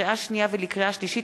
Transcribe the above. לקריאה שנייה ולקריאה שלישית,